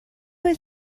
oedd